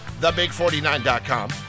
thebig49.com